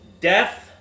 death